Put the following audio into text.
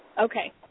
Okay